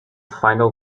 final